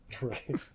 Right